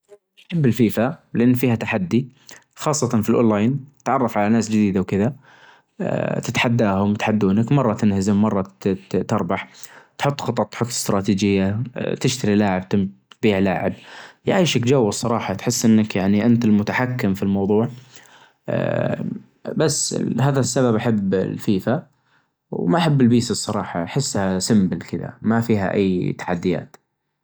احب البحر صراحة بمواجه وصوته وهدوء البحر واحب اني اسرح مع البحر اروح كذا مع البحر آآ احب اني دائما اكون جالس كذا مستكن آآ الجبال يعني بيئة صحراوية قاحلة آآ لونها غام او او داكن ما فيها ما فيها اي نوع من انواع الحياة يعني. افظل البحر الصراحة